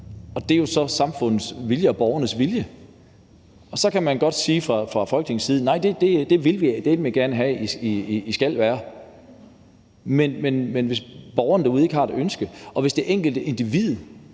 Det er jo så samfundets og borgernes vilje. Så kan man godt fra Folketingets side sige, at vi dæleme gerne vil have, at I skal være donorer, men hvis borgeren derude ikke har et ønske, og hvis det enkelte individ